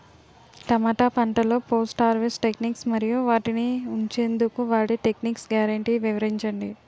టమాటా పంటలో post harvest techniques మరియు వాటిని ఉంచెందుకు వాడే టెక్నిక్స్ గ్యారంటీ వివరించండి?